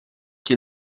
que